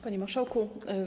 Panie Marszałku!